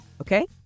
Okay